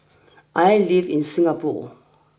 I live in Singapore